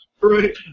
Right